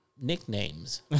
nicknames